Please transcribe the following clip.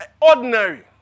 ordinary